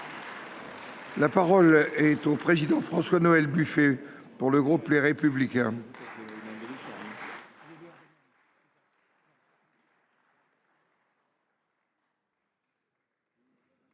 La parole est à M. François Noël Buffet, pour le groupe Les Républicains.